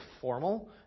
formal